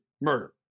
murder